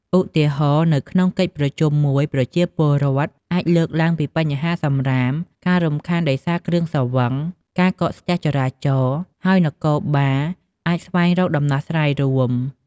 ឧទាហរណ៍: នៅក្នុងកិច្ចប្រជុំមួយ ប្រជាពលរដ្ឋអាចលើកឡើងពីបញ្ហាសំរាម ការរំខានដោយសារគ្រឿងស្រវឹង ឬការកកស្ទះចរាចរណ៍ ហើយនគរបាលអាចស្វែងរកដំណោះស្រាយរួមគ្នា។